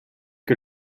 que